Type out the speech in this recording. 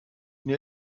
mir